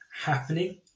happening